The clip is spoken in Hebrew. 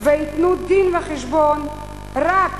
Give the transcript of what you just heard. וייתנו דין-וחשבון רק,